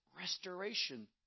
restoration